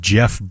Jeff